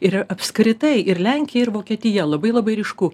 ir apskritai ir lenkija ir vokietija labai labai ryšku